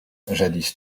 jadis